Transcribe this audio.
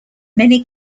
many